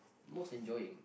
most enjoying